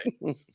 right